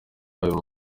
babo